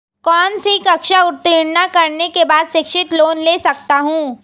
कौनसी कक्षा उत्तीर्ण करने के बाद शिक्षित लोंन ले सकता हूं?